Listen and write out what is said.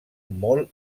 molt